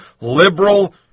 liberal